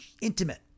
intimate